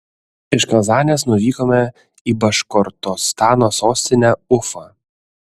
iš kazanės nuvykome į baškortostano sostinę ufą